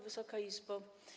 Wysoka Izbo!